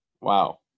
Wow